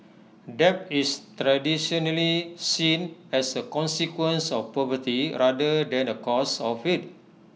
debt is traditionally seen as A consequence of poverty rather than A cause of IT